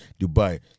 Dubai